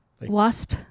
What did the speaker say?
Wasp